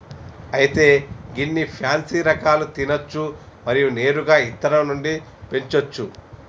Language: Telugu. అయితే గొన్ని పాన్సీ రకాలు తినచ్చు మరియు నేరుగా ఇత్తనం నుండి పెంచోచ్చు